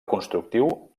constructiu